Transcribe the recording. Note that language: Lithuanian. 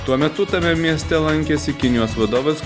tuo metu tame mieste lankėsi kinijos vadovas